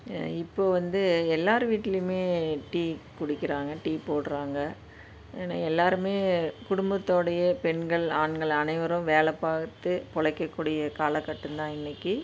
இப்போது வந்து எல்லாேர் வீட்டிலையுமே டீ குடிக்கிறாங்க டீ போடுறாங்க ஏன்னால் எல்லாேருமே குடும்பத்துடையே பெண்கள் ஆண்கள் அனைவரும் வேலை பார்த்து பொழைக்கக்கூடிய காலகட்டம் தான் இன்றைக்கு